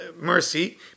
mercy